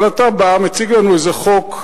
אבל אתה בא, מציג לנו איזה חוק,